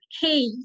hey